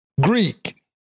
Greek